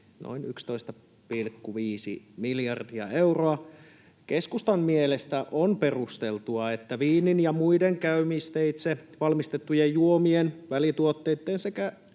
noin 11,5 miljardia euroa. Keskustan mielestä on perusteltua, että viinin ja muiden käymisteitse valmistettujen juomien, välituotteitten sekä